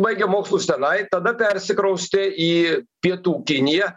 baigė mokslus tenai tada persikraustė į pietų kiniją